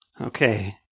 okay